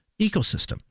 ecosystem